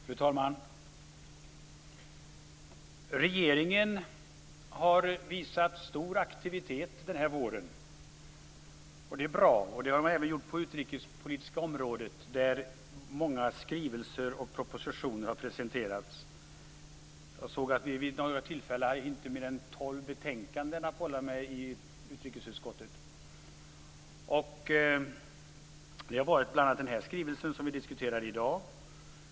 Fru talman! Regeringen har visat stor aktivitet den här våren. Det är bra. Det har den även gjort på det utrikespolitiska området där många skrivelser och propositioner har presenterats. Jag såg att vi vid något tillfälle hade inte mindre än tolv betänkanden att bolla med i utrikesutskottet. Det har bl.a. varit den skrivelse som vi diskuterar i dag.